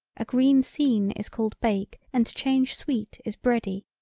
a green seen is called bake and change sweet is bready,